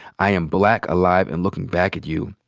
i am black, alive, and looking back at you.